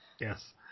Yes